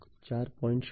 ઉદ્યોગ 4